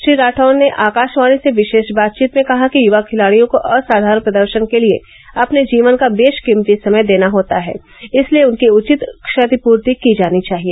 श्री राठौड़ ने आकाशवाणी से विशेष बातचीत में कहा कि युवा खिलाड़ियों को असाधारण प्रदर्शन के लिए अपने जीवन का बेशकीमती समय देना होता है इसलिए उनकी उचित क्षतिपूर्ति की जानी चाहिए